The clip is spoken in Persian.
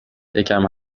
یکم